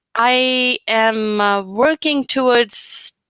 i am working towards,